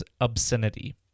obscenity